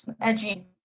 edgy